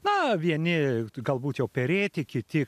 na vieni galbūt jau perėti kiti